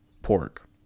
pork